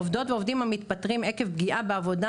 עובדות ועובדים המתפטרים עקב פגיעה בעבודה